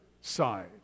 side